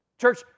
Church